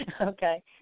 okay